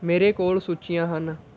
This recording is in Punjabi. ਮੇਰੇ ਕੋਲ ਸੂਚੀਆਂ ਹਨ